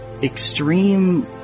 extreme